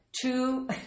two